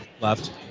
left